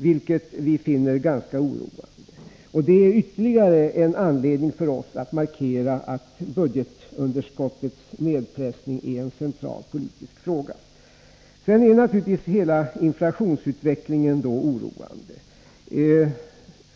, vilket vi finner ganska oroande. Detta är ytterligare en anledning för oss att markera att budgetunderskottets nedpressande är en central politisk fråga. Sedan är naturligtvis hela inflationsutvecklingen oroande.